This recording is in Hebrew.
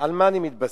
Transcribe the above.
על מה אני מתבסס.